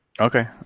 Okay